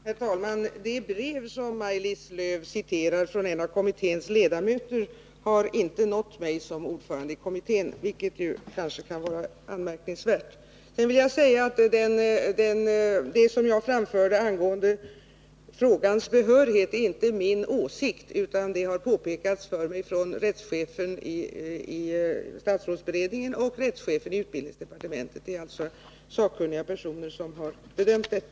Herr talman! Det brev från en av kommitténs ledamöter som Maj-Lis Lööv citerade har inte nått mig i min egenskap av ordförande i kommittén, vilket kanske kan anses vara anmärkningsvärt. Det jag framhöll angående behörighet är inte min åsikt, utan detta har påpekats för mig av rättschefen i statsrådsberedningen och av rättschefen i utbildningsdepartementet. Det är alltså sakkunniga personer som har bedömt saken.